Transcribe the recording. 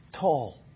tall